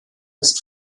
ist